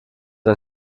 ein